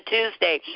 Tuesday